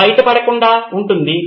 ఇది బయటపడకుండా ఉంటుంది